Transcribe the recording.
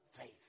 faith